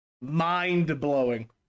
Mind-blowing